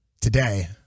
Today